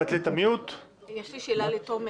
יש לי שאלה לתומר.